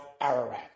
Ararat